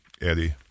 Eddie